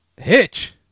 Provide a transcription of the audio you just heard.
Hitch